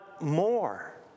more